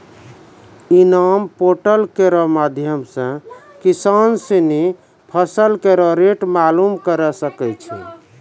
इनाम पोर्टल केरो माध्यम सें किसान सिनी फसल केरो रेट मालूम करे सकै छै